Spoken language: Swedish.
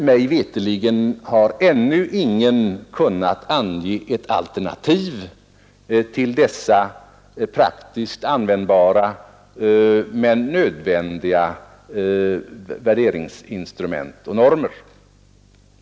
Mig veterligt har ännu ingen kunnat ange ett alternativ till dessa praktiskt användbara och nödvändiga värderingsinstrument och normer.